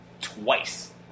Twice